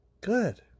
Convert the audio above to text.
Good